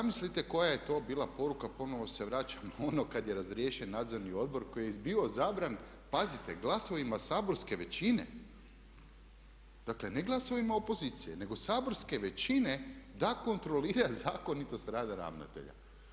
Zamislite koja je to bila poruka, ponovno se vraćam na ono kada je razriješen Nadzorni odbor koji je bio izabran, pazite glasovima saborske većine, dakle ne glasovima opozicije, nego saborske većine da kontrolira zakonitost rada ravnatelja.